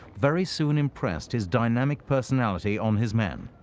very soon impressed his dynamic personality on his men.